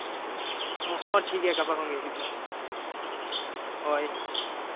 ᱦᱚᱸ ᱴᱷᱤᱠ ᱜᱮᱭᱟ ᱜᱟᱯᱟ ᱠᱷᱚᱱ ᱜᱮ ᱦᱤᱡᱩᱜ ᱯᱮ ᱦᱳᱭ